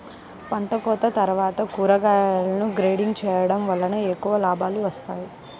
పంటకోత తర్వాత కూరగాయలను గ్రేడింగ్ చేయడం వలన ఎక్కువ లాభాలు వస్తాయి